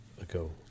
ago